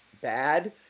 bad